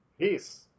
Peace